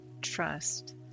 trust